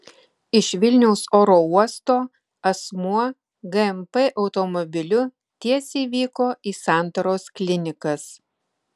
iš vilniaus oro uosto asmuo gmp automobiliu tiesiai vyko į santaros klinikas